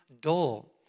dull